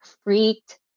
freaked